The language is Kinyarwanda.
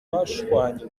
bashwanye